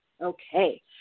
Okay